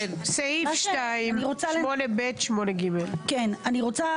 אני רוצה